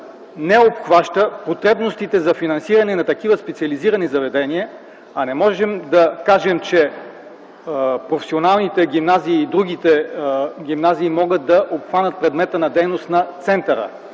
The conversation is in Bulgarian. не обхваща потребностите за финансиране на такива специализирани заведения. А не можем да кажем, че професионалните гимназии и другите гимназии могат да обхванат предмета на дейност на центъра.